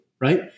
right